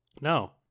No